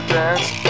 dance